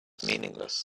meaningless